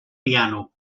piano